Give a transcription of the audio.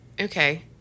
Okay